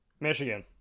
Michigan